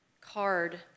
card